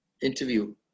interview